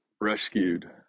rescued